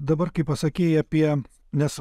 dabar kai pasakei apie nes